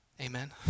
Amen